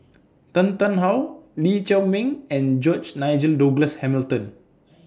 Tan Tarn How Lee Chiaw Meng and George Nigel Douglas Hamilton